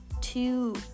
two